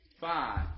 five